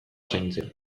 zaintzen